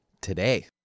today